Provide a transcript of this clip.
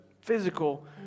physical